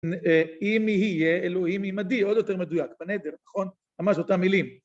אם יהיה אלוהים עימדי, עוד יותר מדויק, בנדר נכון, ממש אותם מילים